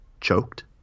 Choked